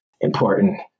important